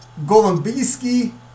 Golombisky